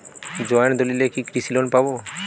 Joint দলিলে কি কৃষি লোন পাব?